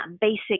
basic